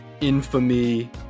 infamy